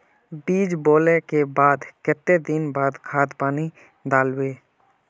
बीज बोले के बाद केते दिन बाद खाद पानी दाल वे?